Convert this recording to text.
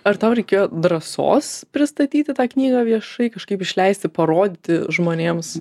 ar tau reikėjo drąsos pristatyti tą knygą viešai kažkaip išleisti parodyti žmonėms